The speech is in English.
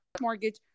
Mortgage